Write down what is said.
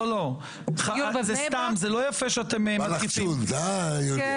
בא לך צ'ולנט, הא, יוליה?